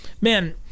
Man